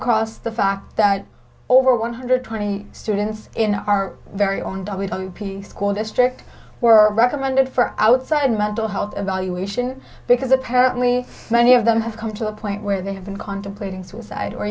across the fact that over one hundred twenty students in our very own don we don't pee school district were recommended for outside mental health evaluation because apparently many of them have come to the point where they have been contemplating suicide or